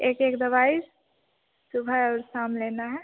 एक एक दवाई सुबह और शाम लेना है